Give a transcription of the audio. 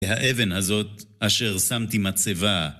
והאבן הזאת, אשר שמתי מצבה